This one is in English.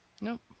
Nope